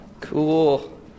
Cool